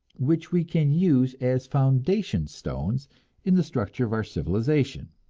which we can use as foundation-stones in the structure of our civilization.